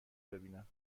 ببینم